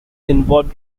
involved